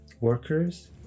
workers